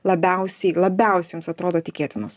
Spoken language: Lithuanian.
labiausiai labiausiai jums atrodo tikėtinos